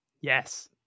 yes